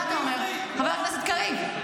מה אתה אומר, חבר הכנסת קריב?